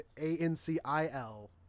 A-N-C-I-L